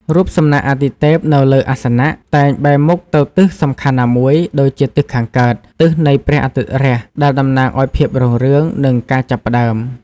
រូបសំណាកអាទិទេពនៅលើអាសនៈតែងបែរមុខទៅទិសសំខាន់ណាមួយ ដូចជាទិសខាងកើត (ទិសនៃព្រះអាទិត្យរះ) ដែលតំណាងឱ្យភាពរុងរឿង និងការចាប់ផ្ដើម។